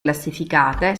classificate